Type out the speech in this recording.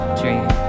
dream